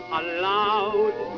allowed